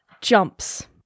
jumps